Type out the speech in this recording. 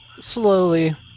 slowly